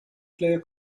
player